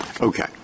okay